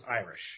Irish